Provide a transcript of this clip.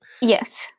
Yes